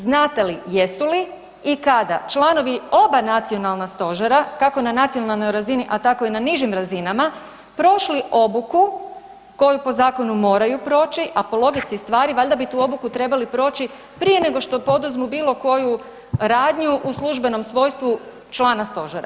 Znate li jesu li i kada članovi oba nacionalna stožera, kako na nacionalnoj razini a tako i na nižim razinama, prošli obuku koju po zakonu moraju proći a po logici stvari valjda bi tu obuku trebali proći prije nego što poduzmu bilokoju radnju u službenom svojstvu člana stožera?